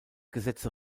gesetze